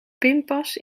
pinpas